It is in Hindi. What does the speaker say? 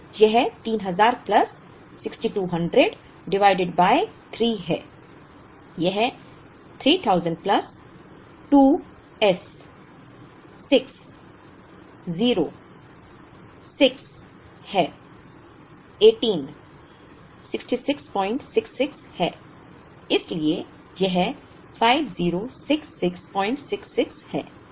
तो यह 3000 प्लस 6200 डिवाइडेड बाय 3 है यह 3000 प्लस 2s 6 0 6 हैं 18 6666 हैं इसलिए यह 506666 है